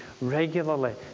regularly